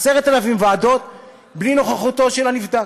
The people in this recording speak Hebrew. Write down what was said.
10,000 ועדות, בלי נוכחותו של הנבדק.